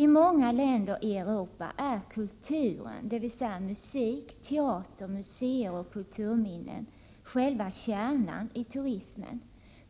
I många länder i Europa är kulturen, dvs. musik, teater, museer och kulturminnen, själva kärnan i turismen.